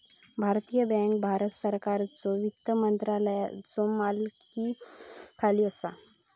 भारतीय बँक भारत सरकारच्यो वित्त मंत्रालयाच्यो मालकीखाली असा